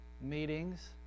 meetings